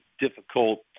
difficult